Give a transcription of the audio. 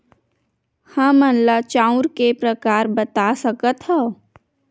हमन ला चांउर के प्रकार बता सकत हव?